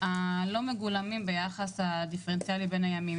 שאינם מגולמים ביחס הדיפרנציאלי בין הימים.